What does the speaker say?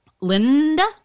Linda